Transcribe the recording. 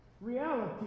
reality